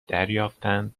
دریافتند